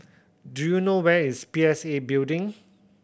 do you know where is P S A Building